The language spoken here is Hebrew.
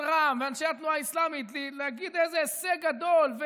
רע"מ ואנשי התנועה האסלאמית להגיד איזה הישג גדול?